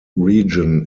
region